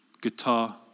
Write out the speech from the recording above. guitar